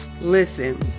listen